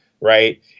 right